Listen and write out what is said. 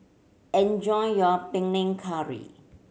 enjoy your Panang Curry